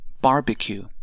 barbecue